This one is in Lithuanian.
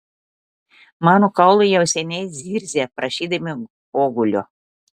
mano kaulai jau seniai zirzia prašydami pogulio